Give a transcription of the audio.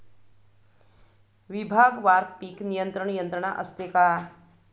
विभागवार पीक नियंत्रण यंत्रणा असते का?